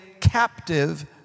captive